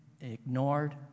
ignored